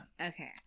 Okay